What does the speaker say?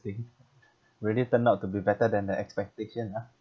really turned out to be better than the expectation ah